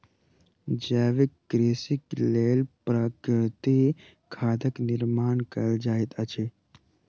जैविक कृषिक लेल प्राकृतिक खादक निर्माण कयल जाइत अछि